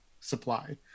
supply